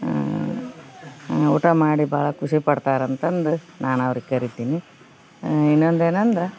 ಊಟ ಮಾಡಿ ಭಾಳ ಖುಷಿ ಪಡ್ತಾರೆ ಅಂತಂದು ನಾನು ಅವ್ರಿಗೆ ಕರಿತೀನಿ ಇನ್ನೊಂದು ಏನು ಅಂದ